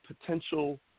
potential